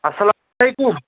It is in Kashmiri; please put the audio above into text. علیکُم